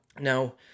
Now